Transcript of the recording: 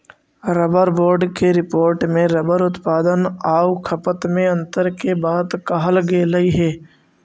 rubber board के report में rubber उत्पादन आउ खपत में अन्तर के बात कहल गेलइ हे